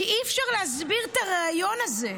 כי אי-אפשר להסביר את הריאיון הזה,